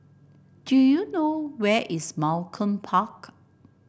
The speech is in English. do you know where is Malcolm Park